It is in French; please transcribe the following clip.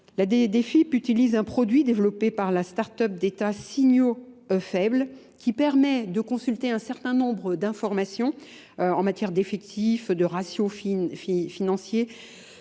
L'ADFIP utilise un produit développé par la start-up d'État Signeaux faibles qui permet de consulter un certain nombre d'informations en matière d'effectifs, de ratios financiers,